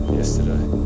yesterday